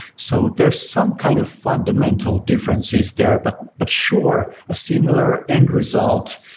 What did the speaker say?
so there's some kind of fundamental differences there, but but sure, a similar end result,